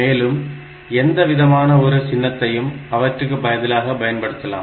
மேலும் எந்தவிதமான ஒரு சின்னத்தையும் அவற்றுக்கு பதிலாக பயன்படுத்தலாம்